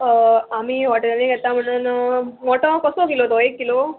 आमी हॉटेलांत घेता म्हणून मोटो कसो किलो तो एक किलो